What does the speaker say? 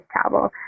travel